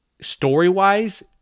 story-wise